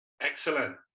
Excellent